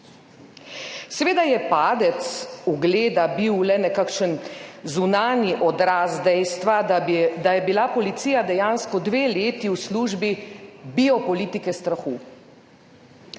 Seveda je bil padec ugleda le nekakšen zunanji odraz dejstva, da je bila policija dejansko dve leti v službi biopolitike strahu.